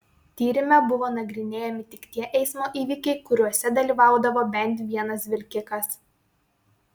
tyrime buvo nagrinėjami tik tie eismo įvykiai kuriuose dalyvaudavo bent vienas vilkikas